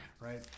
right